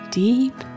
deep